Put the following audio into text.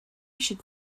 should